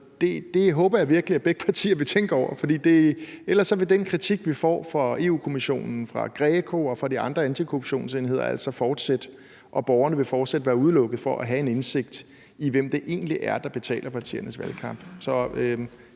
Det håber jeg virkelig at begge partier vil tænke over, for ellers vil den kritik, vi får fra Europa-Kommissionen, fra GRECO og fra de andre antikorruptionsenheder, altså fortsætte, og borgerne vil fortsat være udelukket fra at have en indsigt i, hvem det egentlig er, der betaler partiernes valgkampe.